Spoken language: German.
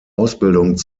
ausbildung